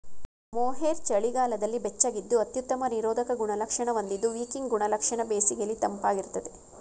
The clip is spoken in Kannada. ಮೋಹೇರ್ ಚಳಿಗಾಲದಲ್ಲಿ ಬೆಚ್ಚಗಿದ್ದು ಅತ್ಯುತ್ತಮ ನಿರೋಧಕ ಗುಣಲಕ್ಷಣ ಹೊಂದಿದ್ದು ವಿಕಿಂಗ್ ಗುಣಲಕ್ಷಣ ಬೇಸಿಗೆಲಿ ತಂಪಾಗಿರ್ತದೆ